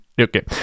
okay